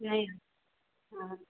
नही हाँ